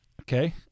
Okay